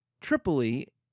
Tripoli